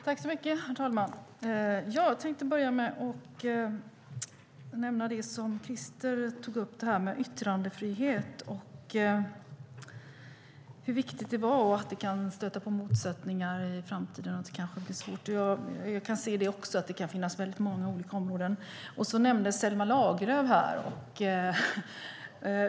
Herr talman! Jag tänkte börja med att nämna det som Christer Nylander tog upp, detta med yttrandefrihet, hur viktigt det är och att det kan stöta på motsättningar i framtiden. Jag kan också se att det finns många olika områden. Selma Lagerlöf nämndes.